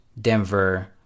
Denver